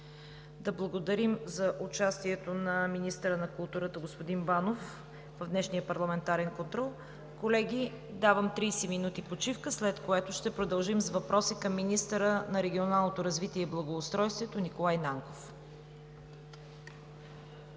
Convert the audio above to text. Да благодарим за участието на министъра на културата господин Банов в днешния парламентарен контрол. Колеги, давам 30 минути почивка, след което ще продължим с въпроси към министъра на регионалното развитие и благоустройството Николай Нанков.